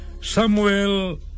Samuel